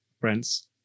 Brent's